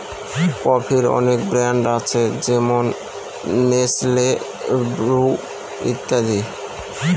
কফির অনেক ব্র্যান্ড আছে যেমন নেসলে, ব্রু ইত্যাদি